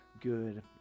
good